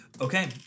Okay